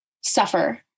suffer